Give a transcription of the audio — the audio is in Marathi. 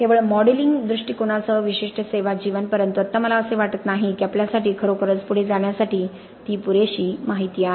केवळ मॉडेलिंग दृष्टिकोनासह विशिष्ट सेवा जीवन परंतु आत्ता मला असे वाटत नाही की आमच्यासाठी खरोखरच पुढे जाण्यासाठी ती पुरेशी माहिती आहे